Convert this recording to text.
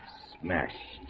smash